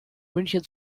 münchen